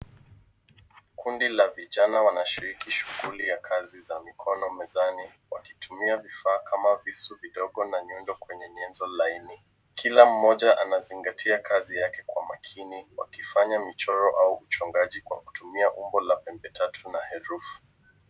Kundi la vijana wanashiriki shughuli ya kazi ya mikono mezani wakitumia vifaa kama visu vidogo na nyundo kwenye nyenzo lainu. Kila mmoja anazingati kazi yake kwa makini wakifanya michoro au uchongaji kwa kutumia umbo la pembe tatu na herufi.